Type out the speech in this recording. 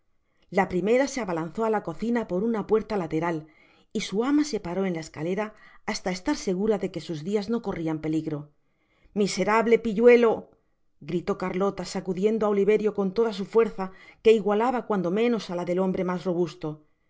la primera se abalanzó á la cocina por una puerta lateral y su ama se paró en la escalera hasta estar segura de que sus dias no corrian peligro miserable pilluelo gritó carlota sacudiendo á oliverio con toda su fuerza que igualaba cuando menos á la del hombre mas robusto